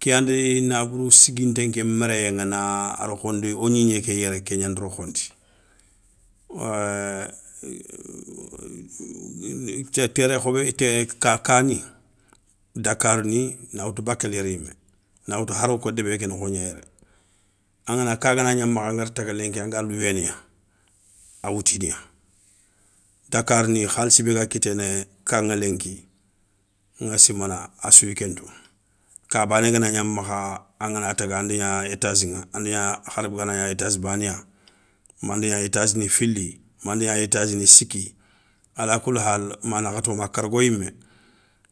Ké yandi nabourou siginté kén méréyéŋa na rokhondi o gnigné ké yéré ké gnandi rokhondi, terré khoboyé ka kani dakar ni na woutou bakél yéré yimé. na woutou haro kou débé ké nokho gna yéré, angana ka gana gna makha angada taga lenki anga louwéna, a woutiniya, dakarni khalssi bé ga kiténé, ka ŋa lenki ŋa simana, assouyi kentou ka bané gana gna makha angana taga anda gna étage ŋa anda gna haragagna étage bané ya, manda gna étage ni fili manda gna etage ni siki, alakouli hale, ma nakhato ma kargo yimé,